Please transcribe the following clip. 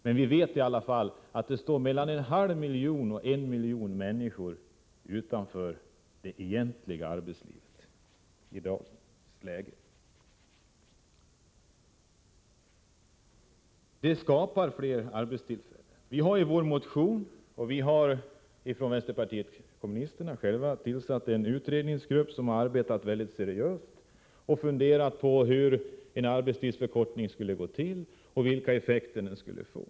Men vi vet i alla fall att i dagens läge står mellan en halv miljon och en miljon människor utanför det egentliga arbetslivet. Vi har inom vänsterpartiet kommunisterna tillsatt en utredningsgrupp som har arbetat väldigt seriöst och som funderat på hur en arbetstidsförkortning skulle gå till och vilka effekter den skulle få.